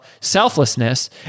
selflessness